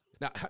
Now